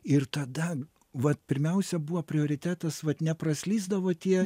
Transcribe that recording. ir tada vat pirmiausia buvo prioritetas vat nepraslysdavo tie